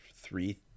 three